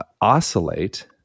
oscillate